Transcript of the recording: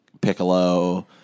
piccolo